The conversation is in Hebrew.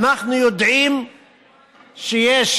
אנחנו יודעים שיש